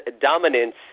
Dominance